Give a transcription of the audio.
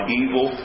evil